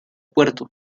puerto